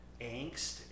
angst